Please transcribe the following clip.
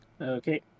Okay